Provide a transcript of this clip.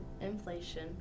inflation